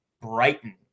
Brighton